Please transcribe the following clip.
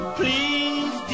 please